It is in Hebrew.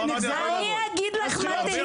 ילידי המקום -- (כולם צועקים יחד) אני קובע דבר אחד,